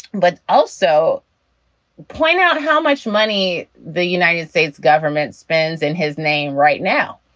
but also point out how much money the united states government spends in his name right now.